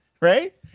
Right